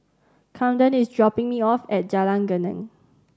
Kamden is dropping me off at Jalan Geneng